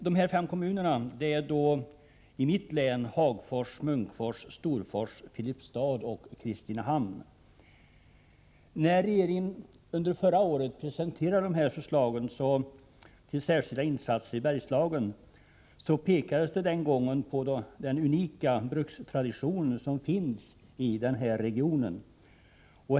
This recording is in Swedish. De fem kommuner som berörs i mitt län är Hagfors, Munkfors, Storfors, Filipstad och Kristinehamn. När regeringen under förra året presenterade förslagen till särskilda insatser i Bergslagen pekades det på den unika brukstradition som finns i denna region.